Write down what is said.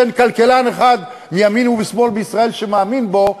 שאין כלכלן אחד מימין ומשמאל בישראל שמאמין בו,